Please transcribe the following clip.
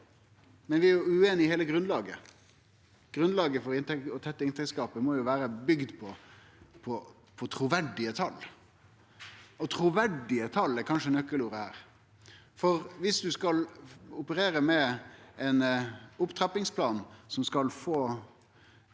men vi er jo ueinige om heile grunnlaget. Grunnlaget for å tette inntektsgapet må vere bygd på truverdige tal. Truverdige tal er kanskje nøkkelordet. Om ein skal operere med ein opptrappingsplan som skal få